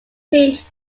changed